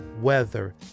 weather